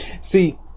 See